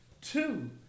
Two